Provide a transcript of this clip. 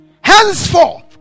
henceforth